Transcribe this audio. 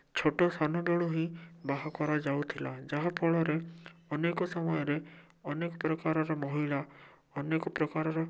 ଛୋଟ ସାନବେଳୁ ହି ବାହା କରାଯାଉଥିଲା ଯାହାଫଳରେ ଅନେକ ସମୟରେ ଅନେକ ପ୍ରକାରର ମହିଳା ଅନେକ ପ୍ରକାରର